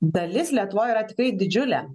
dalis lietuvoj yra tikrai didžiulė